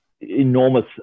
enormous